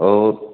okay